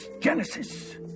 Genesis